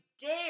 dare